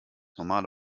normale